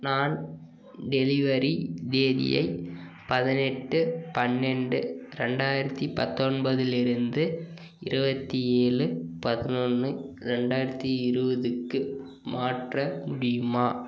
நான் டெலிவரி தேதியை பதினெட்டு பன்னெண்டு ரெண்டாயிரத்து பத்தொன்பதில் இருந்து இருபத்தி ஏழு பதினொன்று ரெண்டாயிரத்து இருபதுக்கு மாற்ற முடியுமா